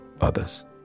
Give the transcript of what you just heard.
others